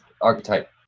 archetype